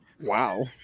Wow